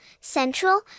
central